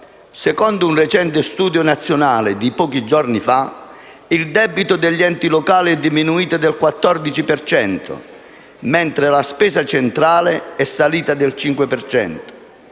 Secondo un recente studio nazionale di pochi giorni fa, il debito degli enti locali è diminuito del 14 per cento, mentre la spesa centrale è salita del 5